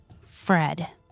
Fred